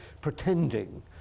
pretending